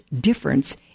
difference